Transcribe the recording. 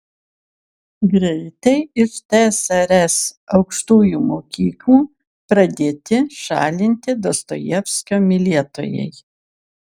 greitai iš tsrs aukštųjų mokyklų pradėti šalinti dostojevskio mylėtojai